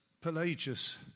Pelagius